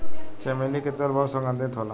चमेली के तेल बहुत सुगंधित होला